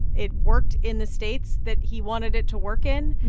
it worked in the states that he wanted it to work in,